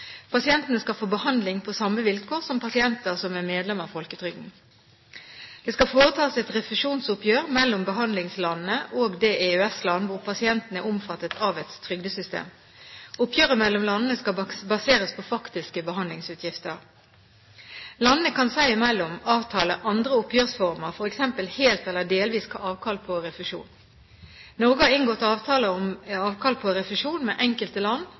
skal få behandling på samme vilkår som pasienter som er medlem av folketrygden. Det skal foretas et refusjonsoppgjør mellom behandlingslandet og det EØS-land hvor pasienten er omfattet av et trygdesystem. Oppgjøret mellom landene skal baseres på faktiske behandlingsutgifter. Landene kan seg imellom avtale andre oppgjørsformer, f.eks. helt eller delvis gi avkall på refusjon. Norge har inngått avtale om avkall på refusjon med enkelte land,